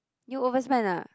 you overspend ah